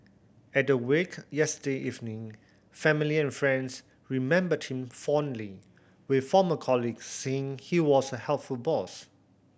at the wake yesterday evening family and friends remembered him fondly with former colleagues saying he was a helpful boss